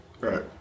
Right